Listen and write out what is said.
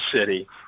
city